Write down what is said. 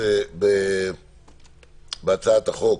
בהצעת החוק,